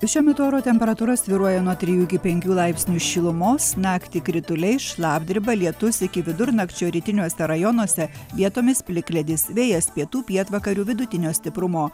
šiuo metu oro temperatūra svyruoja nuo trijų iki penkių laipsnių šilumos naktį krituliai šlapdriba lietus iki vidurnakčio rytiniuose rajonuose vietomis plikledis vėjas pietų pietvakarių vidutinio stiprumo